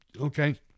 okay